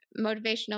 motivational